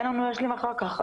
אין לנו להשלים אחר כך.